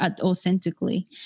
authentically